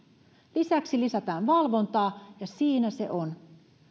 lisäksi lisätään valvontaa ja siinä se on